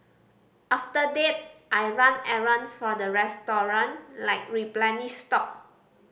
after that I run errands for the restaurant like replenish stock